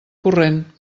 corrent